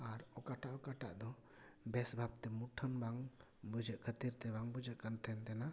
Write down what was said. ᱟᱨ ᱚᱠᱟᱟᱴᱟᱜ ᱚᱠᱟᱴᱟᱜ ᱫᱚ ᱵᱮᱥ ᱵᱷᱟᱵᱛᱮ ᱢᱩᱴᱷᱟᱹᱱ ᱵᱟᱝ ᱵᱩᱡᱷᱟᱹᱜ ᱠᱷᱟᱹᱛᱤᱨᱛᱮ ᱵᱟᱝ ᱵᱩᱡᱷᱟᱹᱜ ᱠᱟᱱ ᱛᱟᱦᱮᱱᱟ